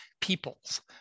peoples